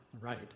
right